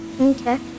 Okay